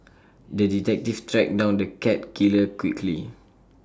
the detective tracked down the cat killer quickly